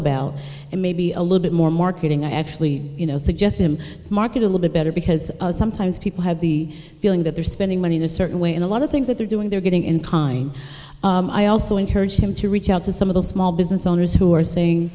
about and maybe a little bit more marketing i actually you know suggest him market a little bit better because sometimes people have the feeling that they're spending money in a certain way and a lot of things that they're doing they're getting in kind i also encouraged him to reach out to some of the small business owners who are saying